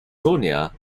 sonia